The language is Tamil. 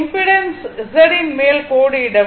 இம்பிடென்ஸ் z யின் மேல் கோடு இடவும்